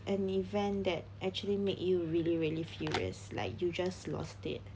an event that actually make you really really furious like you just lost it